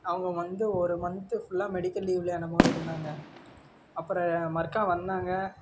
அவங்க வந்து ஒரு மந்த்து ஃபுல்லாக மெடிக்கல் லீவில் என்னமோ இருந்தாங்க அப்புறம் மறுக்கா வந்தாங்க